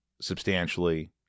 substantially